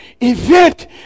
event